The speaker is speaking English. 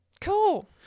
Cool